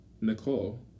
Nicole